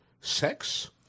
sex